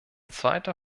zweiter